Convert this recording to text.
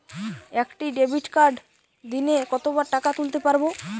একটি ডেবিটকার্ড দিনে কতবার টাকা তুলতে পারব?